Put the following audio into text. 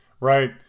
Right